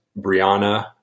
Brianna